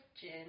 gin